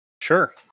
Sure